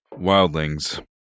Wildlings